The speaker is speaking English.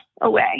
away